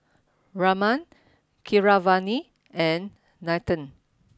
Raman Keeravani and Nathan